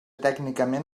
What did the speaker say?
tècnicament